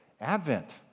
Advent